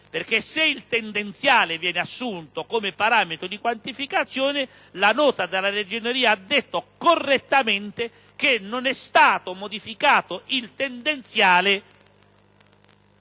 perché se il tendenziale viene assunto come parametro di quantificazione, la Nota della Ragioneria ha detto correttamente che non è stato modificato il tendenziale